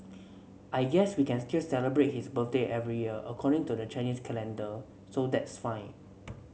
I guess we can still celebrate his birthday every year according to the Chinese calendar so that's fine